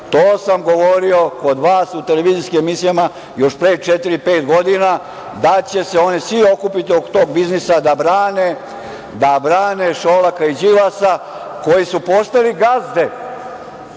To sam govorio kod vas u televizijskim emisijama još pre četiri-pet godina da će se oni svi okupiti oko tog biznisa da brane Šolaka i Đilasa, koji su postali gazde